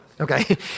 Okay